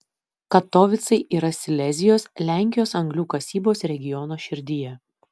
katovicai yra silezijos lenkijos anglių kasybos regiono širdyje